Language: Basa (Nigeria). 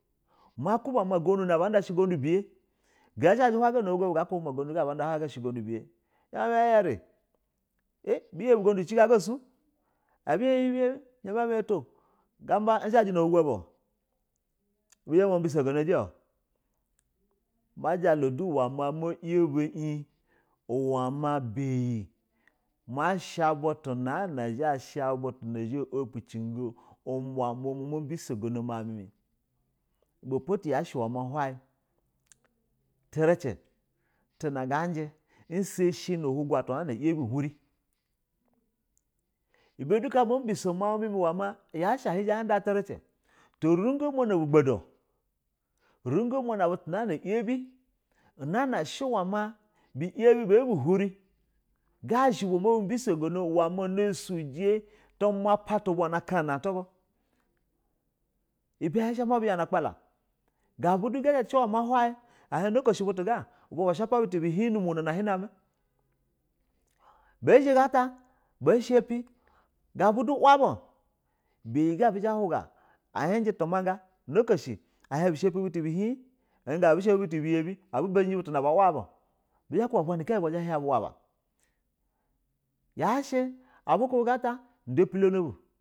Malau ba ma ugudu na baji ushe ugudu ubiye, ga zhaji ham no oto bu ma ugudu nag a ji ushe ugudu biya izha ma bu hin a yari bu yabi ugudu ci gana gas u abi hin e, izha ma bu hin to gamba izhaji na lujo bu o bizha bu ma biso ga iji o maja lama na ma yabo in uwema ma alla ma sha butu na zha upuji go umomo mi ma biso gono umama mi, ie po how teraci tuna gaji in sashi na obhigo atwa na saishi uhurini, ibe po do omo biso mau mime ya she a hinzha ha da tirici to rugoma na bugbo du, rugoma nab utu nayabi na she ma bi yabi ba bu huri. Kasha uba ma bu bisogo no uwe ma na suji a tu ma mapa tubai na kana tubu, ibe yzha nab u yana na askpala gab u du gab u du hon but ga uba bashapa but bi hin nnu umono a hin name, bizha gat aba shipe gabu du wa bu biyi ga bizha ba huga bishap tu ma bisha pi butu bi hin gabu du a bu shapi but biyali na bah la bu bizha ba kuba da uwaba zha habu yasni a bu kubi ganata do pilono bu.